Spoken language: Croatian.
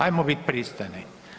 Ajmo biti pristojni.